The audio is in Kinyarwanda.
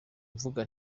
mvuga